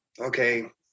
okay